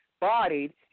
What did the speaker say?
bodied